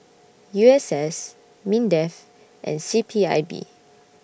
U S S Mindef and C P I B